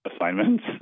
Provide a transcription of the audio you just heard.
assignments